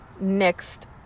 next